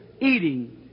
eating